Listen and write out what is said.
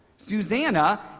Susanna